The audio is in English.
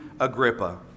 Agrippa